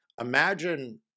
Imagine